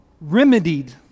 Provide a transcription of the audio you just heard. remedied